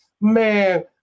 man